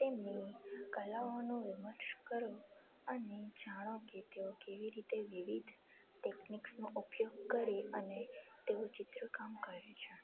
તેમની કલાઓનો વિમર્શ કરો અને જાણો કે તેઓ કેવી રીતે વિવિધ ટેકનિક્સનો ઉપયોગ કરે અને તેવું ચિત્રકામ કરે છે